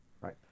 Right